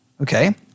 Okay